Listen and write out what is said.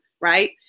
right